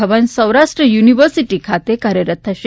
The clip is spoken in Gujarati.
ભવન સૌરાષ્ટ્ર યુનિવર્સિટી ખાતે કાર્યરત થશે